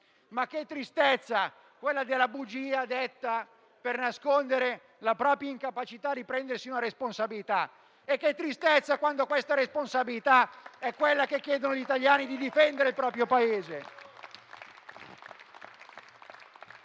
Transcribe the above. Ma che tristezza quella della bugia detta per nascondere la propria incapacità di prendersi una responsabilità! E che tristezza quando questa responsabilità è quella che chiedono gli italiani di difendere il proprio Paese.